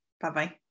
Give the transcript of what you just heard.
Bye-bye